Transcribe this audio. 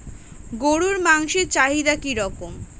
গরুর মাংসের চাহিদা কি রকম?